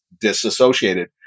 disassociated